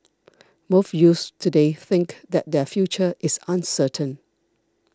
most youths today think that their future is uncertain